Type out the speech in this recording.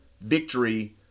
victory